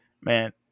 man